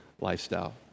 lifestyle